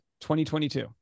2022